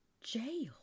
jail